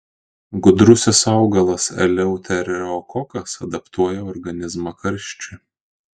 gudrusis augalas eleuterokokas adaptuoja organizmą karščiui